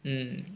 mm